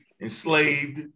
enslaved